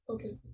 Okay